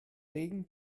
regen